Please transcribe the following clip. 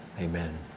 Amen